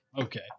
Okay